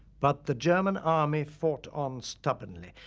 but the german army fought on stubbornly.